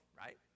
Right